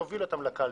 נוביל אותם לקלפי,